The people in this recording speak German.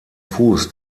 fuß